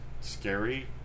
scary